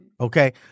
Okay